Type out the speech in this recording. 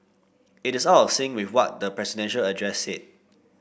it is out of sync with what the presidential address said